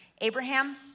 Abraham